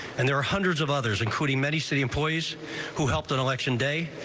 and there are hundreds of others including many city employees who helped an election day.